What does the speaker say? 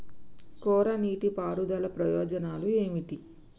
కోరా నీటి పారుదల ప్రయోజనాలు ఏమిటి?